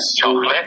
Chocolate